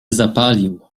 zapalił